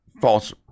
false